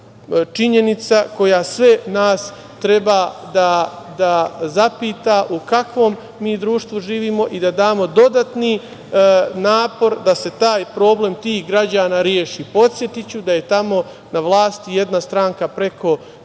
činjenica koja sve nas treba da zapita u kakvom mi društvu živimo i da damo dodatni napor da se taj problem tih građana reši. Podsetiću da je tamo na vlasti jedna stranka preko